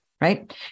Right